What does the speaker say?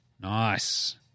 Nice